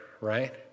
right